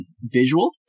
visual